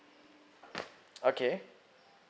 okay